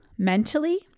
mentally